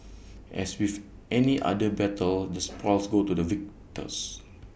as with any other battle the spoils go to the victors